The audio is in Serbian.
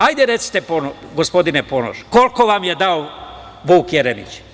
Hajde recite, gospodine Ponoš, koliko vam je dao Vuk Jeremić?